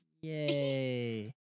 Yay